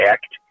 Act